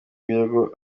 ibirego